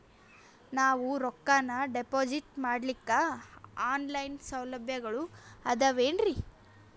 ನಾವು ರೊಕ್ಕನಾ ಡಿಪಾಜಿಟ್ ಮಾಡ್ಲಿಕ್ಕ ಆನ್ ಲೈನ್ ಸೌಲಭ್ಯಗಳು ಆದಾವೇನ್ರಿ?